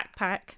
backpack